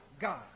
God